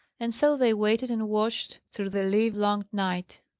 and so they waited and watched through the livelong night.